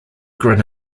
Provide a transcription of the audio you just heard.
grin